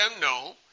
No